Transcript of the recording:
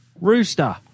rooster